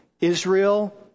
Israel